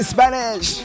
Spanish